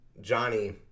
Johnny